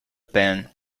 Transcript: pan